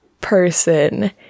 person